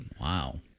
Wow